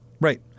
Right